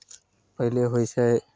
पहिले होइ छै